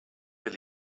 will